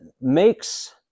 makes